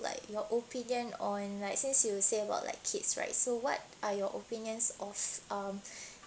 like your opinion on like since you say about like kids right so what are your opinions of um